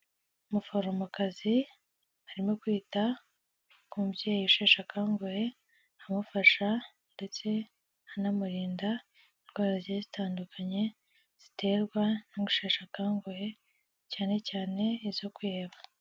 Umuforomokazi arimo kwita ku mubyeyi usheshe akanguhe amufasha ndetse anamurinda indwara zigiye zitandukanye ziterwa no gusheshakanguhe cyane cyane izo kwiheba.